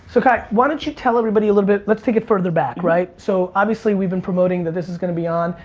so kai, why don't you tell everybody a little bit, let's take it further back, right? so, obviously we've been promoting that this is going to be on.